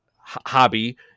hobby